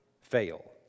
fail